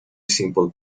simple